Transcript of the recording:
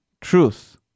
truth